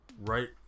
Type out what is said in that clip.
Right